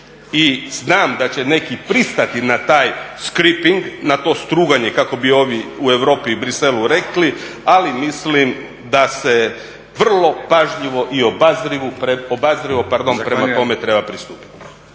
i znam da će neki pristati na taj …, na to struganje kako bi ovi u Europi i u Bruxellesu rekli, ali mislim da se vrlo pažljivo i obazrivo, pardon prema tome treba pristupiti.